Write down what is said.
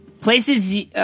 places